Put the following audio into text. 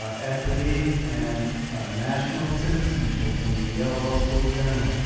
ah equity, and national citizenship in the yale law school journal.